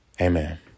Amen